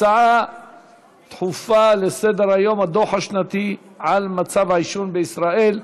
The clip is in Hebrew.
הצעות דחופות לסדר-היום: הדוח השנתי על מצב העישון בישראל,